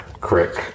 crick